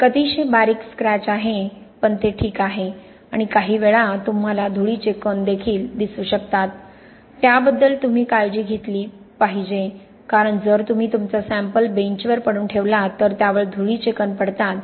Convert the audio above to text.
एक अतिशय बारीक स्क्रॅच आहे पण ते ठीक आहे आणि काहीवेळा तुम्हाला धुळीचे कण देखील दिसू शकतात त्याबद्दल तुम्ही काळजी घेतली पाहिजे कारण जर तुम्ही तुमचा सॅम्पल बेंचवर पडून ठेवलात तर त्यावर धुळीचे कण पडतात